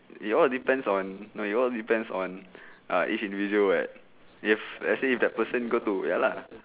it all depends on it all depends on ah each individual [what] if let's say that person go to ya lah